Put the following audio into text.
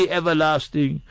everlasting